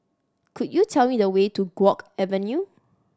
could you tell me the way to Guok Avenue